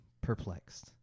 perplexed